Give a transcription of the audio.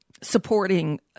supporting